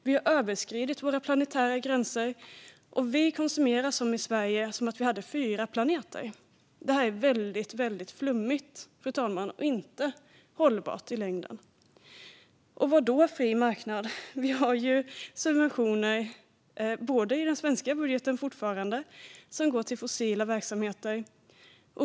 Vi har överskridit våra planetära gränser, och vi konsumerar här i Sverige som om det skulle finnas fyra planeter. Det är flummigt och inte hållbart i längden. Fri marknad? Det finns fortfarande subventioner i den svenska budgeten som går till fossila verksamheter.